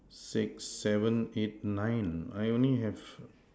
six seven eight nine I only have